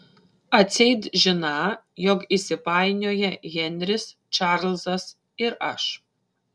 atseit žiną jog įsipainioję henris čarlzas ir aš